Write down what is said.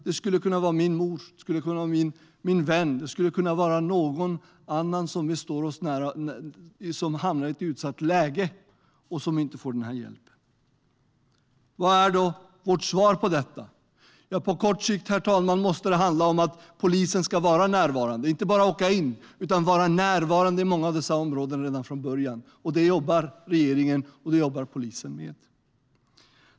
Det skulle kunna vara min mor, min vän eller någon annan som står mig nära som hamnar i ett utsatt läge och inte får den hjälp de behöver. Vad är då vårt svar på detta? På kort sikt måste det handla om att polisen ska vara närvarande - inte bara åka in utan vara närvarande i många av dessa områden redan från början. Det jobbar regeringen och polisen med.